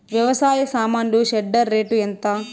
వ్యవసాయ సామాన్లు shredder rate ఎంత?